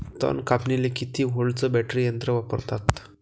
तन कापनीले किती व्होल्टचं बॅटरी यंत्र वापरतात?